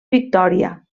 victòria